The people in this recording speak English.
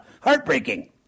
heartbreaking